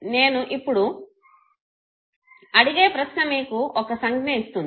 నేను ఇప్పుడు అడిగే ప్రశ్న మీకు ఒక సంజ్ఞ ఇస్తుంది